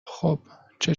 خوبچه